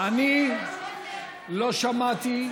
אני לא שמעתי,